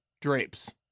drapes